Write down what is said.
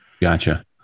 gotcha